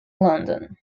london